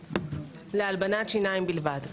להלבנת שיניים בלבד.